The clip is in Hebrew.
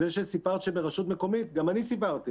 זה שסיפרת שברשות מקומית, גם אני סיפרתי.